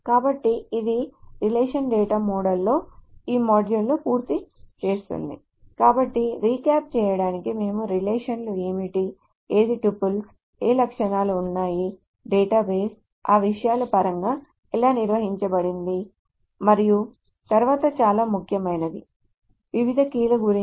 కాబట్టి ఇది relational data మోడల్లో ఈ మాడ్యూల్ను పూర్తి చేస్తుంది కాబట్టి రీక్యాప్ చేయడానికి మేము రిలేషన్ లు ఏమిటి ఏది టుపుల్స్ ఏ లక్షణాలు ఉన్నాయి డేటాబేస్ ఆ విషయాల పరంగా ఎలా నిర్వచించబడింది మరియు తరువాత చాలా ముఖ్యమైనది వివిధ కీల గురించి